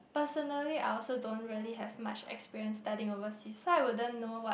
personally I also don't really have much experience studying overseas so I wouldn't know what